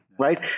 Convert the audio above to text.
Right